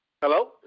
Hello